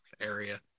area